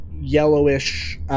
yellowish